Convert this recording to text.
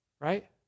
Right